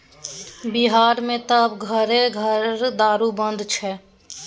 बिहारमे त आब घरे घर दारू बनैत छै